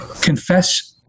confess